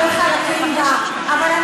חבר הכנסת חיליק בר, אתה מפריע.